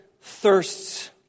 thirsts